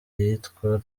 iyitwa